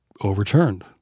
overturned